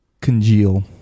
congeal